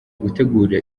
gutegura